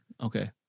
Okay